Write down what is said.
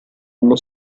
allo